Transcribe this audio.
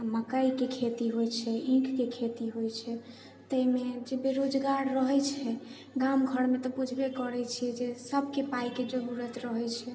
मकइके खेती होइ छै इखके खेती होइ छै ताहिमे जे बेरोजगार रहै छै गाम घरमे तऽ बुझबे करै छिए जे सबके पाइके जरूरत रहै छै